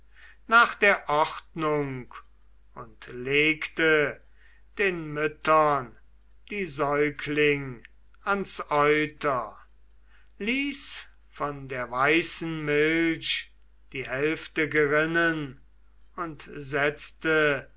nach der ordnung und legte den müttern die säugling ans euter ließ von der weißen milch die hälfte gerinnen und setzte